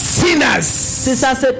sinners